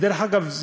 ודרך אגב,